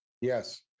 Yes